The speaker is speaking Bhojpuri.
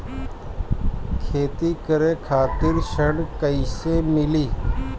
खेती करे खातिर ऋण कइसे मिली?